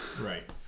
right